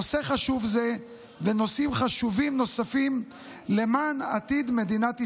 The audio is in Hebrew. נושא חשוב זה ונושאים חשובים נוספים למען עתיד מדינת ישראל.